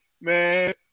man